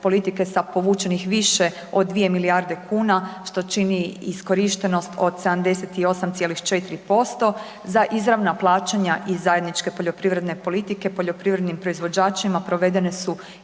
politike sa povučenih više od 2 milijarde kuna što čini iskorištenost od 78,4%. Za izravna plaćanja iz zajedničke poljoprivredne politike poljoprivrednim proizvođačima provedene su